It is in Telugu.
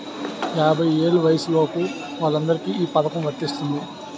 యాభై ఏళ్ల వయసులోపు వాళ్ళందరికీ ఈ పథకం వర్తిస్తుంది